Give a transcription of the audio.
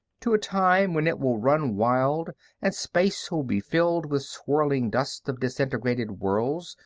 to a time when it will run wild and space will be filled with swirling dust of disintegrated worlds,